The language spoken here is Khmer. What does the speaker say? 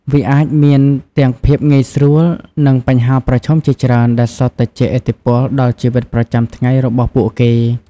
វាអាចមានទាំងភាពងាយស្រួល និងបញ្ហាប្រឈមជាច្រើន ដែលសុទ្ធតែជះឥទ្ធិពលដល់ជីវិតប្រចាំថ្ងៃរបស់ពួកគេ ។